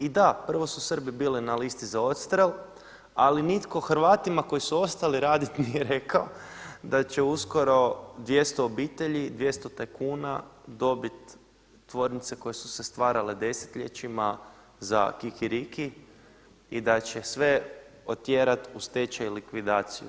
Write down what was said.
I da, prvo su Srbi bili na listi za odstrel, ali nitko Hrvatima koji su ostali raditi nije rekao da će uskoro 200 obitelji, 200 tajkuna dobiti tvornice koje su se stvarale desetljećima za kikiriki i da će sve otjerati u stečaj i likvidaciju.